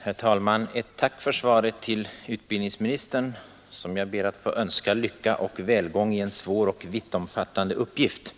Herr talman! Ett tack för svaret från utbildningsministern, som jag ber att få önska lycka och välgång i en svår och vittomfattande uppgift!